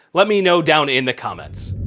let me know down in the comments.